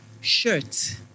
shirts